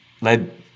led